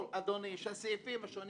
שהסעיפים השונים